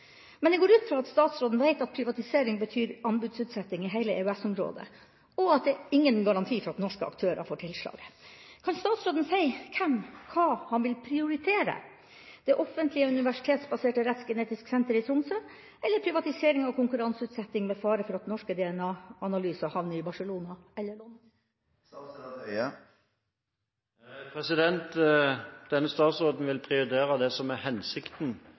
Men jeg går ut fra at statsråden vet at privatisering betyr anbudsutsetting i hele EØS-området, og at det er ingen garanti for at norske aktører får tilslaget. Kan statsråden si hva han vil prioritere: det offentlige, universitetsbaserte Rettsgenetisk senter i Tromsø, eller privatisering og konkurranseutsetting med fare for at norske DNA-analyser havner i Barcelona eller London? For det første: Denne statsråden vil prioritere det som er hensikten